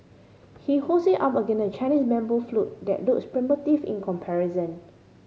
he holds it up against a Chinese bamboo flute that looks primitive in comparison